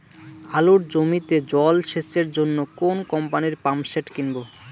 আলুর জমিতে জল সেচের জন্য কোন কোম্পানির পাম্পসেট কিনব?